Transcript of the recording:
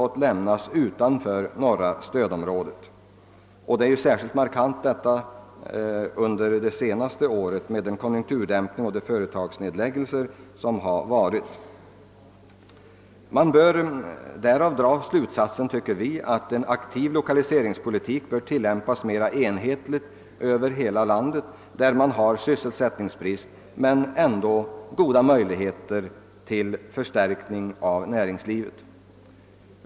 Detta har varit särskilt markant under det senaste året med den konjunkturdämpning och de företagsnedläggelser som förekommit. Man kan härav dra slutsatsen att en aktiv lokaliseringspolitik bör tillämpas mer enhetligt i olika delar av landet, där sysselsättningsbrist råder men där goda möjligheter finns till förstärkning av näringslivet.